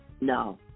No